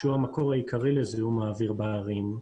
שהוא המקור העיקרי לזיהום האוויר בערים,